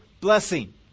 blessing